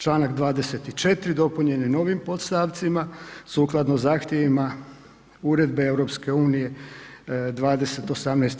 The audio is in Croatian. Čl. 24 dopunjen je novim podstavcima sukladno zahtjevima Uredbe EU 2018/